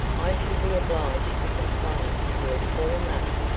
i shall be obliged to complain to your poor ma,